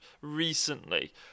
recently